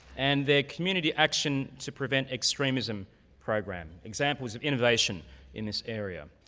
and the community action to prevent extremism program. examples of innovation in this area,